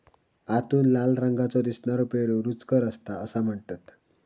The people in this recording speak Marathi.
आतून लाल रंगाचो दिसनारो पेरू रुचकर असता असा म्हणतत